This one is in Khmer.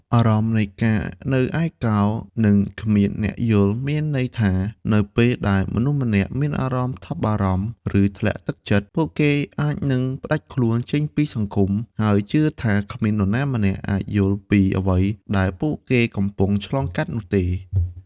អារម្មណ៍នៃការនៅឯកោ និងគ្មានអ្នកយល់ មានន័យថានៅពេលដែលមនុស្សម្នាក់មានអារម្មណ៍ថប់បារម្ភ ឬធ្លាក់ទឹកចិត្ត ពួកគេអាចនឹងផ្តាច់ខ្លួនចេញពីសង្គម ហើយជឿថាគ្មាននរណាម្នាក់អាចយល់ពីអ្វីដែលពួកគេកំពុងឆ្លងកាត់នោះទេ។